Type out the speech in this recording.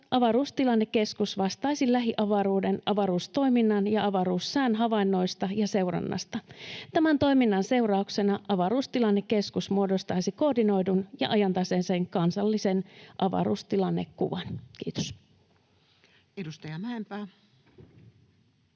avaruustilannekeskus vastaisi lähiavaruuden, avaruustoiminnan ja avaruussään havainnoista ja seurannasta. Tämän toiminnan seurauksena avaruustilannekeskus muodostaisi koordinoidun ja ajantasaisen kansallisen avaruustilannekuvan. — Kiitos. [Speech